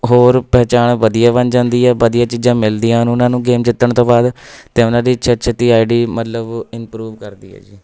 ਹੋਰ ਪਹਿਚਾਣ ਵਧੀਆ ਬਣ ਜਾਂਦੀ ਹੈ ਵਧੀਆ ਚੀਜ਼ਾਂ ਮਿਲਦੀਆਂ ਹਨ ਉਹਨਾਂ ਨੂੰ ਗੇਮ ਜਿੱਤਣ ਤੋਂ ਬਾਅਦ ਅਤੇ ਉਹਨਾਂ ਦੀ ਛੇਤੀ ਛੇਤੀ ਆਈ ਡੀ ਮਤਲਬ ਇੰਪਰੂਵ ਕਰਦੀ ਹੈ ਜੀ